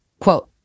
quote